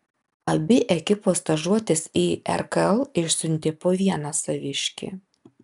abi ekipos stažuotis į rkl išsiuntė po vieną saviškį